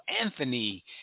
Anthony